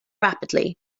rapidly